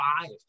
five